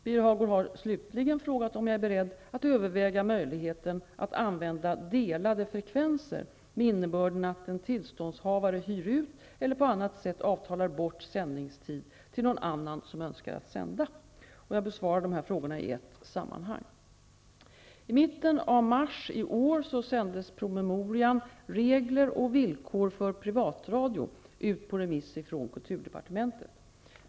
Birger Hagård har slutligen frågat om jag är beredd att överväga möjligheten att använda ''delade frekvenser'' med innebörden att en tillståndshavare hyr ut eller på annat sätt avtalar bort sändningstid till någon annan som önskar sända. Jag besvarar frågorna i ett sammanhang. 1992:22) Regler och villkor för privatradio ut på remiss från kulturdepartementet.